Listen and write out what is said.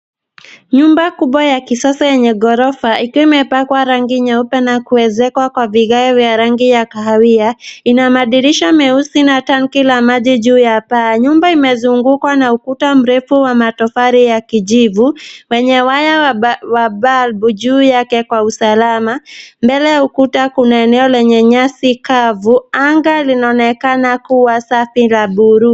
Nyumba kubwa ya kisasa yenye ghorofa, ikiwa imepakwa rangi nyeupe na kuezekwa kwa vigae vya rangi ya kahawia, ina madirisha meusi na tanki la maji juu ya paa. Nyumba imezungukwa na ukuta mrefu wa matofali ya kijivu, wenye waya wa balbu juu yake, kwa usalama. Mbele ya ukuta kuna eneo lenye nyasi kavu. Anga linaonekana kuwa safi la buluu.